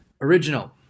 Original